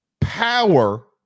power